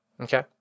Okay